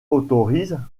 autorise